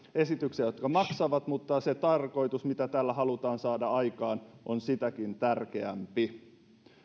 esityksiä jotka maksavat mutta se tarkoitus mitä tällä halutaan saada aikaan on sitäkin tärkeämpi